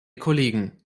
kollegen